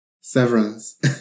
Severance